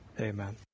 Amen